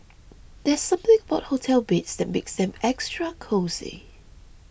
there's something about hotel beds that makes them extra cosy